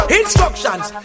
instructions